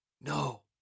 No